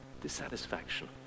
Dissatisfaction